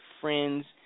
friends